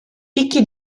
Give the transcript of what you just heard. picchi